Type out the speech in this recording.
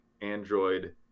android